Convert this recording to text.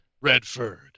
Redford